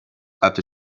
after